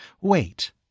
Wait